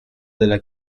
della